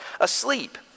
asleep